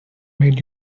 made